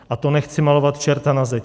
A to nechci malovat čerta na zeď.